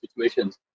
situations